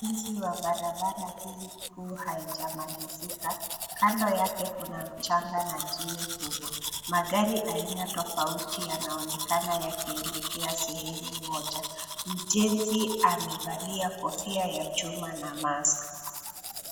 Ujenzi wa barabara hii kuu haijamalizika. Kando yake kuna mchanga na jiwe kubwa. Magari aina tofauti yanaonekana yakielekea sehemu moja. Mjenzi amevalia kofia ya chuma na mask .